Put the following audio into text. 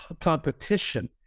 competition